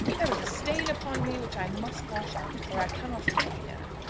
there is a stain upon me which i must wash out, or i cannot remain here.